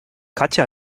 katja